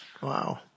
Wow